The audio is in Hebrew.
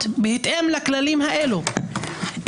נכון,